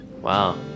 Wow